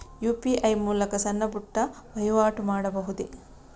UPI ಮೂಲಕ ಸಣ್ಣ ಪುಟ್ಟ ವಹಿವಾಟು ಮಾಡಬಹುದೇ?